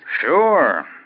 Sure